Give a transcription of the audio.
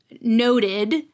noted